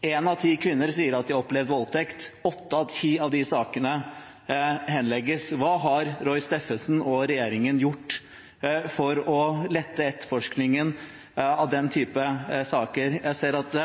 Én av ti kvinner sier at de har opplevd voldtekt, åtte av ti av de sakene henlegges. Hva har Roy Steffensen og regjeringen gjort for å lette etterforskningen av den typen saker? Jeg ser at